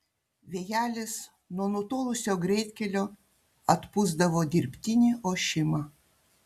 vėjelis nuo nutolusio greitkelio atpūsdavo dirbtinį ošimą